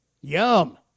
Yum